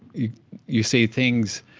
you you see things,